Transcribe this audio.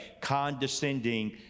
condescending